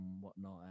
whatnot